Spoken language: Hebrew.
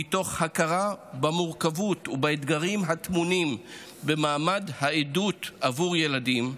מתוך הכרה במורכבות ובאתגרים הטמונים במעמד העדות עבור ילדים,